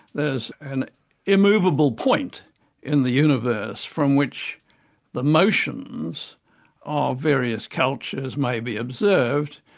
there's an immovable point in the universe from which the motions of various cultures may be observed,